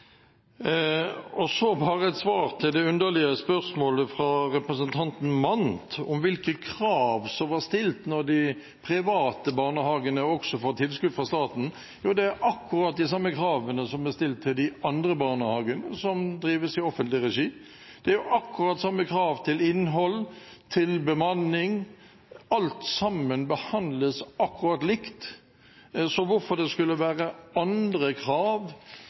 Så et svar på det underlige spørsmålet fra representanten Mandt om hvilke krav som blir stilt når de private barnehagene også får tilskudd fra staten: Det er akkurat de samme kravene som blir stilt til de barnehagene som drives i offentlig regi. Det er akkurat samme krav til innhold, til bemanning – alt sammen behandles akkurat likt. Så hvorfor det skulle stilles andre krav